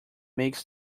makes